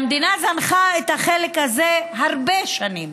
המדינה זנחה את החלק הזה הרבה שנים.